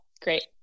great